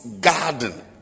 garden